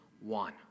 one